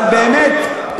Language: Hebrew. אבל באמת,